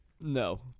No